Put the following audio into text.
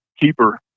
keeper